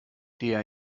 der